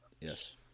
yes